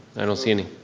i don't see any.